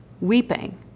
weeping